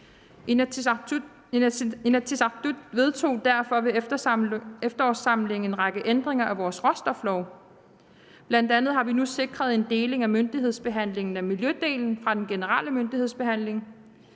Inatsisartut vedtog derfor ved efterårssamlingen en række ændringer af vores råstoflov. Bl.a. har vi nu sikret en deling af myndighedsbehandlingen af miljødelen fra den generelle myndighedsbehandling.